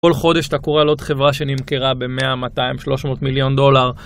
כל חודש אתה קורא על עוד חברה שנמכרה ב־100, 200, 300 מיליון דולר.